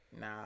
Nah